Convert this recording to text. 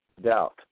doubt